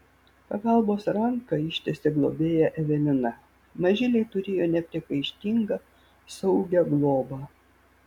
pagalbos ranką ištiesė globėja evelina mažyliai turėjo nepriekaištingą saugią globą